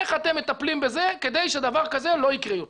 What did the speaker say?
איך אתם מטפלים בזה כדי שדבר כזה לא יקרה יותר?